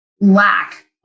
lack